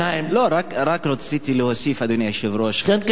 רק רציתי להוסיף, אדוני היושב-ראש, כן, כן, בסדר.